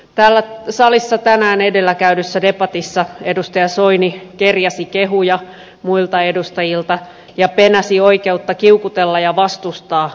täällä salissa tänään edellä käydyssä debatissa edustaja soini kerjäsi kehuja muilta edustajilta ja penäsi oikeutta kiukutella ja vastustaa asioita